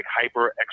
hyper